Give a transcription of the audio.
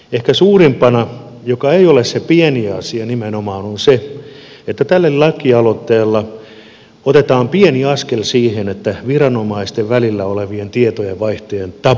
ehkä suurin joka ei ole se pieni asia on nimenomaan se että tällä lakialoitteella otetaan pieni askel siihen että viranomaisten välisen tietojenvaihdon tabu murretaan